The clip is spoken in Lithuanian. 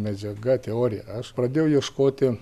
medžiaga teorija aš pradėjau ieškoti